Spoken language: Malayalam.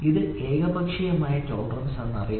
ഇത് ഏകപക്ഷീയമായ ടോളറൻസ് എന്നറിയപ്പെടുന്നു